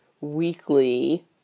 weekly